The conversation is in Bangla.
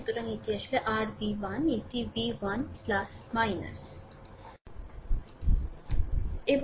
সুতরাং এটি আসলে r v1 এটি v1